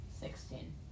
Sixteen